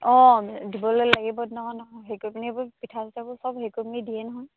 অঁ ধুবলৈ লাগিব নহয় নহয় সেই কৰি পিনি পিঠা পিঠাবোৰ চব সেই কৰি পিনি দিয়ে নহয়